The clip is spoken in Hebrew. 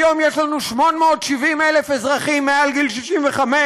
היום יש לנו 870,000 אזרחים מעל גיל 65,